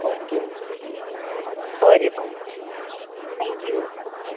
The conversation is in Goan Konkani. ओके ओके बरें बरें थॅक्यू बरें